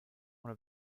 one